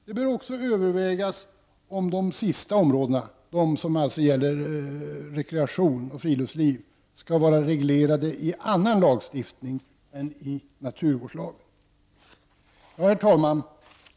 Det bör också övervägas om de sistnämnda områdena, alltså områden för rekreation och friluftsliv, skall vara reglerade i annan lagstiftning än i naturvårdslagen. Herr talman!